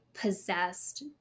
possessed